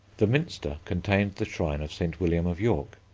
the minster contained the shrine of st. william of york,